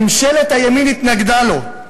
ממשלת הימין התנגדה לו.